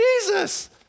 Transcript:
Jesus